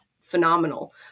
phenomenal